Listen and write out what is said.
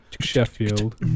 Sheffield